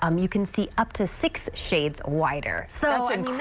um you can see up to six shades whiter. so and